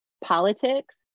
politics